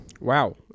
Wow